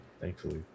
Thankfully